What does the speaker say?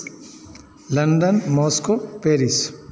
London Moscow Paris